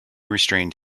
restrained